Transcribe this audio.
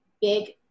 big